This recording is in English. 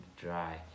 dry